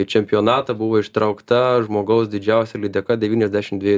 čempionatą buvo ištraukta žmogaus didžiausia lydeka devyniasdešim dviejų